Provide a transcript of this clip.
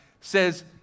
says